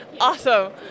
Awesome